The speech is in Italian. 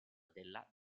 della